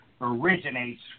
originates